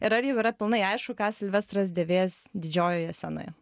ir ar jau yra pilnai aišku ką silvestras dėvės didžiojoje scenoje